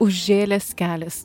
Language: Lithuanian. užžėlęs kelias